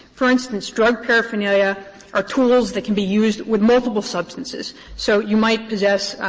for instance, drug paraphernalia are tools that can be used with multiple substances. so you might possess,